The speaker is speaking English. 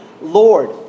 Lord